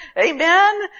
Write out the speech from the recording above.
amen